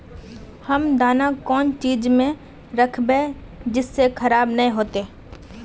हम दाना कौन चीज में राखबे जिससे खराब नय होते?